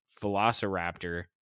velociraptor